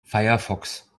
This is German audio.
firefox